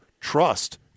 trust